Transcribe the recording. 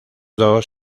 dos